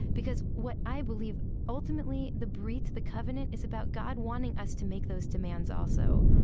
because what i believe ultimately the brit, the covenant, is about god wanting us to make those demands also.